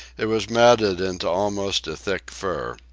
it was matted into almost a thick fur.